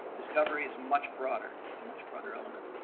discovery is much broader, is much broader element.